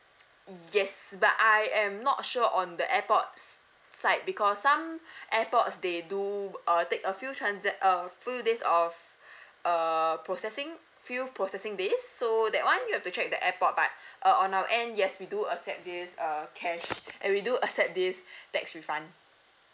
yes but I am not sure on the airports side because some airports they do uh take a few transact~ uh few days of err processing few processing days so that one you have to check the airport but uh on our end yes we do accept this err cash and we do accept this tax refund